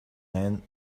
man